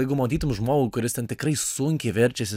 jeigu matytum žmogų kuris ten tikrai sunkiai verčiasi